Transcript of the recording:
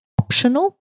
optional